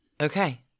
Okay